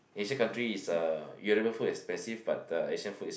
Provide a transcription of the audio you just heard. Asian country is uh European food expensive but uh Asian food is